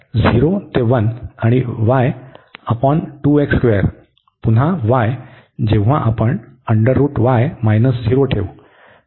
तर 0 ते 1 आणि y बाय पुन्हा y जेव्हा आपण ठेवू